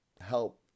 help